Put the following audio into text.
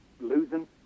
losing